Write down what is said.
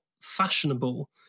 fashionable